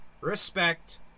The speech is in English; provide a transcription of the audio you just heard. respect